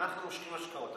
אנחנו משקיעים השקעות.